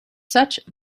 such